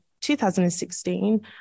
2016